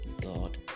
God